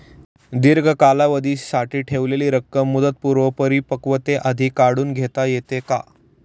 दीर्घ कालावधीसाठी ठेवलेली रक्कम मुदतपूर्व परिपक्वतेआधी काढून घेता येते का?